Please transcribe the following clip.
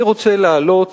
אני רוצה להעלות